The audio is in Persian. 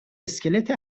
اسکلت